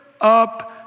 up